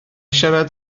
siarad